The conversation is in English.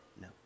No